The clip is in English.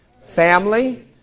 family